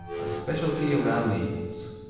a specialty around naples.